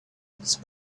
its